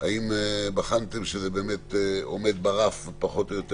האם בחנתם שזה עומד ברף הפחות או יותר